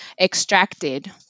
extracted